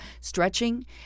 stretching